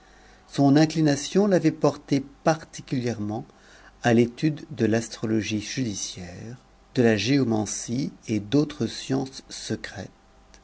son inclination l'avait porté particulièrement l'étude de l'astrologie judiciaire de la géomancie et d'autres sciences secrètes